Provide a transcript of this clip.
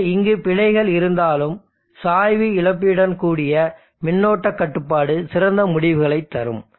எனவே இங்கு பிழைகள் இருந்தாலும் சாய்வு இழப்பீட்டுடன் கூடிய மின்னோட்ட கட்டுப்பாடு சிறந்த முடிவுகளைத் தரும்